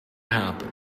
happen